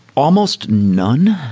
almost none.